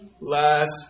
last